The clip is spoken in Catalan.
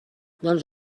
doncs